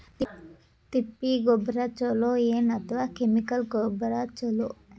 ತಿಪ್ಪಿ ಗೊಬ್ಬರ ಛಲೋ ಏನ್ ಅಥವಾ ಕೆಮಿಕಲ್ ಗೊಬ್ಬರ ಛಲೋ?